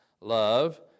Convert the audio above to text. love